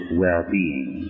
well-being